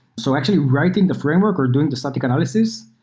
so actually, writing the framework or doing the static analysis.